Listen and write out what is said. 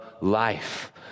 life